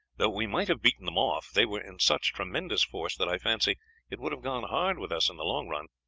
though we might have beaten them off, they were in such tremendous force that i fancy it would have gone hard with us in the long run.